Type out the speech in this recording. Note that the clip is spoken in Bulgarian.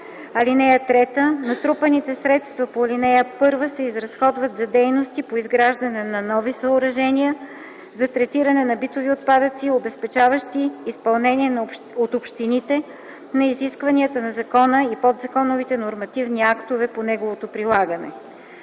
(3) Натрупаните средства по ал. 1 се разходват за дейности по изграждане на нови съоръжения за третиране на битови отпадъци, обезпечаващи изпълнение от общините на изискванията на закона и подзаконовите нормативни актове по неговото прилагане.